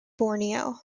borneo